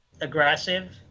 aggressive